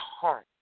heart